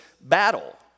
battle